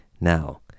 Now